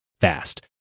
fast